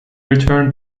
returned